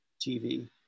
TV